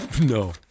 no